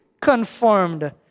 conformed